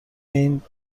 این